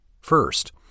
First